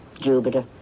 Jupiter